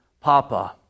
Papa